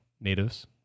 natives